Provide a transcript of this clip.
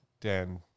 Dan